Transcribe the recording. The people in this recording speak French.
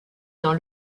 dans